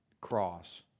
cross